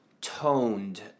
toned